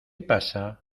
pasa